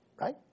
right